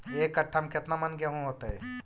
एक कट्ठा में केतना मन गेहूं होतै?